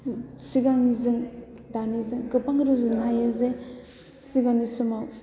सिगांनिजों दानिजों गोबां रुजुनो हायो जे सिगांनि समाव